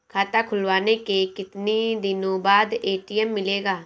खाता खुलवाने के कितनी दिनो बाद ए.टी.एम मिलेगा?